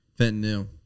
Fentanyl